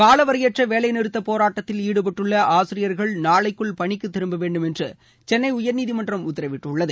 காலவரையற்ற வேலைநிறுத்த போராட்டத்தில் ஈடுபட்டுள்ள ஆசிரியர்கள் அரசு ஊழியர்கள் நாளைக்குள் பணிக்குத் திரும்ப வேண்டும் என்று சென்னை உயர்நீதிமன்றம் உத்தரவிட்டுள்ளது